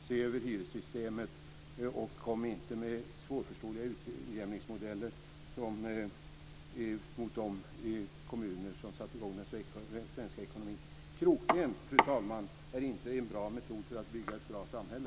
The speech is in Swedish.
Se över hyressystemet, och kom inte med svårförståeliga utjämningsmodeller mot de kommuner som satt i gång den svenska ekonomin. Fru talman! Krokben är inte en bra metod för att bygga ett bra samhälle.